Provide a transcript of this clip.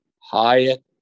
Hyatt